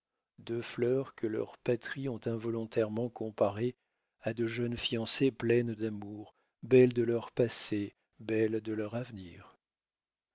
deux fleurs que leurs patries ont involontairement comparées à de jeunes fiancées pleines d'amour belles de leur passé belles de leur avenir